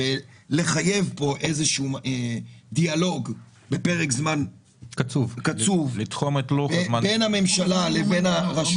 לחייב פה דיאלוג בפרק זמן קצוב בין הממשלה לבין הרשות